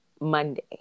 Monday